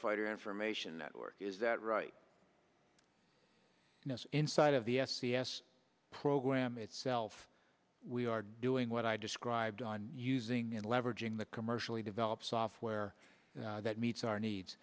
fighter information network is that right inside of the s c s program itself we are doing what i described on using leveraging the commercially developed software that meets our